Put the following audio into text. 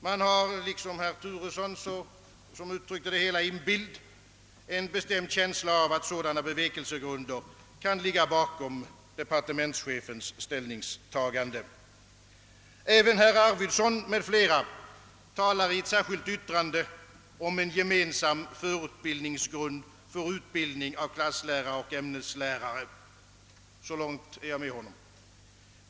Man har, som herr Turesson uttryckte det i en bild, en bestämd känsla av att sådana bevekelsegrunder kan ligga bakom departementschefens ställningstagande. Även herr Arvidson m.fl. talar i ett särskilt yttrande om en gemensam förutbildningsgrund för utbildning av klasslärare och ämneslärare. Så långt håller jag med honom.